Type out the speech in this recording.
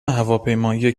هواپیمایی